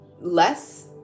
less